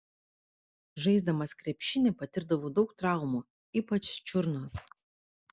žaisdamas krepšinį patirdavau daug traumų ypač čiurnos